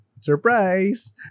surprise